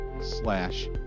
slash